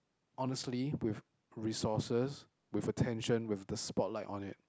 honestly with resources with attention with the spot light on it